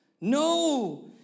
No